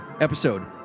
episode